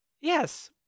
Yes